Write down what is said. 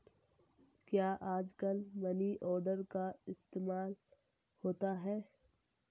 क्या आजकल money order का इस्तेमाल होता है?